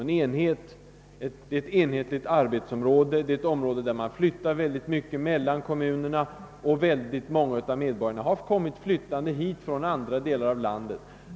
Det är ett enhetligt arbetsområde och ett område där man flyttar mycket mellan kommunerna; många av medborgarna har flyttat dit från andra delar av landet.